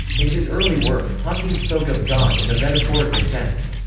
in his early work, hawking spoke of god in a metaphorical sense.